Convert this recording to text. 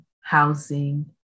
housing